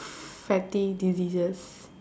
fatty diseases